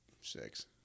six